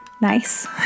nice